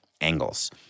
angles